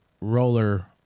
roller